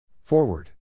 Forward